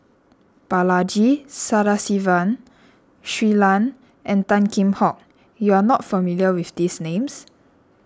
Balaji Sadasivan Shui Lan and Tan Kheam Hock you are not familiar with these names